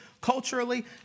culturally